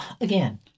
again